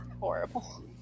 Horrible